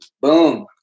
boom